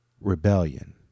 rebellion